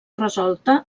resolta